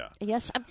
Yes